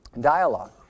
dialogue